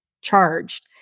charged